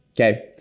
okay